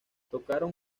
tocaron